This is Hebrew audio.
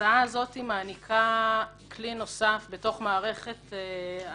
ההצעה הזאת מעניקה כלי נוסף לשלם את התשלום בתוך מערכת האפשרויות